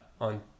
on